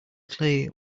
clay